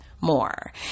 more